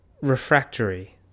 refractory